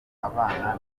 abana